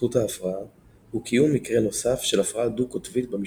להתפתחות ההפרעה הוא קיום מקרה נוסף של הפרעה דו-קוטבית במשפחה.